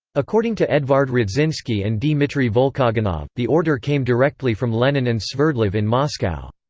according to edvard radzinsky and dmitrii volkogonov, the order came directly from lenin and sverdlov in moscow.